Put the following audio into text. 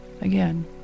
Again